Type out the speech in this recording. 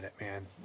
man